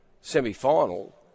semi-final